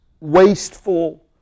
wasteful